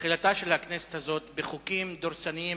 תחילתה של הכנסת הזאת בחוקים דורסניים